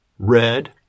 Red